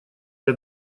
для